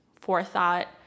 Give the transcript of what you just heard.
forethought